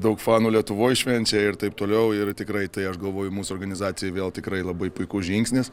daug fanų lietuvoj švenčia ir taip toliau ir tikrai tai aš galvoju mūsų organizacijai vėl tikrai labai puikus žingsnis